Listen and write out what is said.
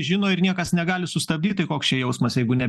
žino ir niekas negali sustabdyt tai koks čia jausmas jeigu ne